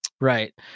Right